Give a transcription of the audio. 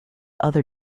other